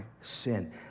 sin